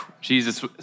Jesus